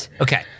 Okay